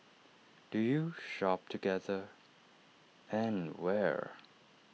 do you shop together and where